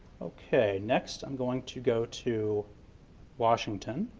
okay, next i'm going to go to washington